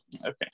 Okay